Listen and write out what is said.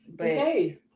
Okay